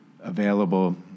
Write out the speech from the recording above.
available